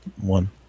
one